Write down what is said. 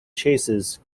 chases